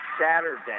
Saturday